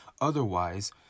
Otherwise